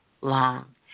long